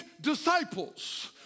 disciples